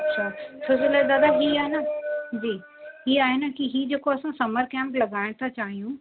अच्छा छो जे लाइ दादा ही आहे न जी ही आहे न कि ही जेको असां समर कैम्प लॻाइण था चाहियूं